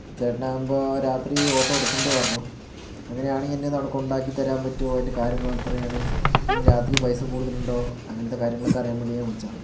ചേട്ടനാവുമ്പോൾ ഇപ്പോൾ രാത്രി ഓട്ടോ എടുക്കുന്നുണ്ട് പറഞ്ഞു അങ്ങനെയാണെങ്കിൽ എന്നെ അവിടെയൊന്ന് കൊണ്ടാക്കി തരാൻ പറ്റുമോ അതിൻ്റെ കാര്യങ്ങള് എത്രയാണ് ഇനി രാത്രി പൈസ കൂടുതലുണ്ടോ അങ്ങനത്തെ കാര്യങ്ങളൊക്കെ അറിയാൻ വേണ്ടി ഞാൻ വിളിച്ചതാണ്